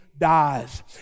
Dies